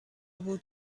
بود